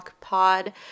Pod